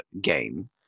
game